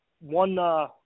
one –